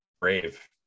brave